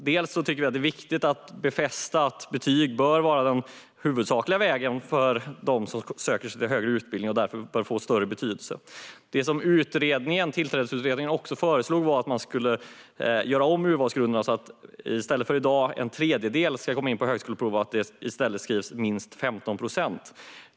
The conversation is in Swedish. Vi tycker att det är viktigt att befästa att betyg bör vara den huvudsakliga vägen för dem som söker sig till högre utbildning och därför bör få större betydelse. Tillträdesutredningen föreslog också att man skulle ändra urvalsgrunderna så att i stället för att, som i dag, en tredjedel antas via högskoleprov ska det vara minst 15 procent.